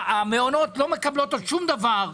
המעונות לא מקבלים שום דבר.